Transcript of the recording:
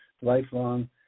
lifelong